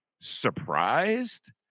Surprised